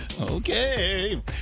Okay